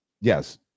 yes